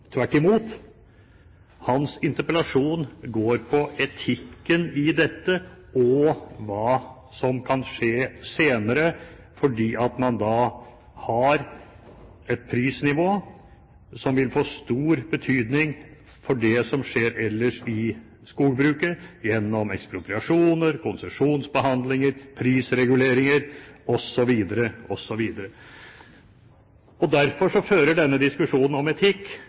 tvert imot. Hans interpellasjon gjelder etikken i dette og hva som kan skje senere, fordi man har et prisnivå som vil få stor betydning for det som skjer ellers i skogbruket, gjennom ekspropriasjoner, konsesjonsbehandlinger, prisreguleringer osv. Derfor fører denne diskusjonen om etikk